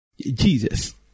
Jesus